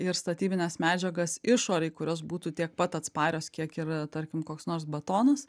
ir statybines medžiagas išorėj kurios būtų tiek pat atsparios kiek yra tarkim koks nors batonas